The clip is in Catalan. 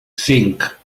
cinc